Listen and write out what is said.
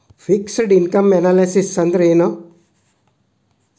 Fixed income analysis ಅಂದ್ರೆನು?